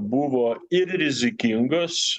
buvo ir rizikingos